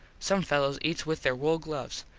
some fellos eats with there wool gloves.